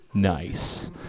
Nice